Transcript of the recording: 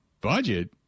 budget